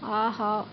ஆஹா